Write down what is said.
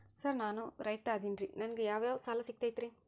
Sir ನಾನು ರೈತ ಅದೆನ್ರಿ ನನಗ ಯಾವ್ ಯಾವ್ ಸಾಲಾ ಸಿಗ್ತೈತ್ರಿ?